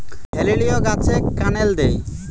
হেলিলিও গাছে ক্যানেল দেয়?